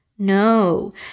no